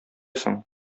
соң